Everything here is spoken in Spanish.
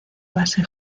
base